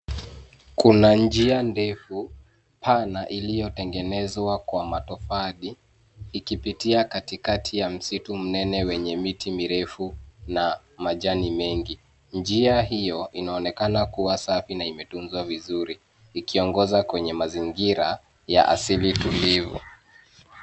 Kuna njia ndefu pana iliyotengenezwa kwa matofali ikipitia katikati ya msitu mnene wenye miti mirefu na majani mengi. Njia hiyo inaonekana kuwa safi na imetuzwa vizuri ikiongoza kwenye mazingira ya asili tulivu.